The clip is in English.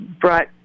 brought